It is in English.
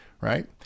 right